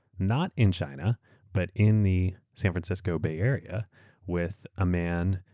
not in china but in the san francisco bay area with a man,